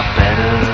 better